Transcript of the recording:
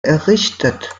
errichtet